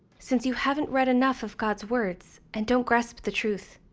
since you haven't read enough of god's words and don't grasp the truth,